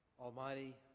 almighty